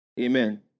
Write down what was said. Amen